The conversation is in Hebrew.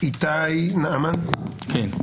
--- איתי נעמן, בבקשה.